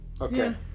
Okay